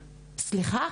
סליחה?